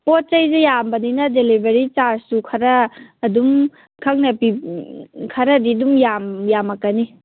ꯄꯣꯠ ꯆꯩꯁꯦ ꯌꯥꯝꯕꯅꯤꯅ ꯗꯤꯂꯤꯕꯔꯤ ꯆꯥꯔꯖꯁꯨ ꯈꯔ ꯑꯗꯨꯝ ꯈꯪꯅ ꯈꯔꯗꯤ ꯑꯗꯨꯝ ꯌꯥꯝꯃꯛꯀꯅꯤ